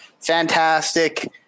fantastic